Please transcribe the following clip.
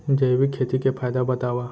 जैविक खेती के फायदा बतावा?